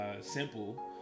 simple